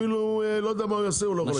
אפילו לא יודע מה הוא יעשה הוא לא יכול להגיע.